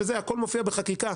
הכול מופיע בחקיקה,